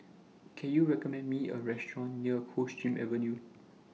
Can YOU recommend Me A Restaurant near Coldstream Avenue